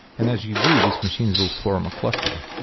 and as you do, these machines will form a cluster.